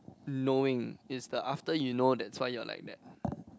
knowing is the after you know that's why you are like that